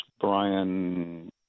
Brian